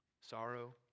sorrow